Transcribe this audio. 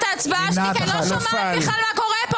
אנחנו לא שומעים כלום.